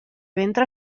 ventre